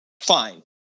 fine